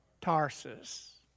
Tarsus